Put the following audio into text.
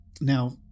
Now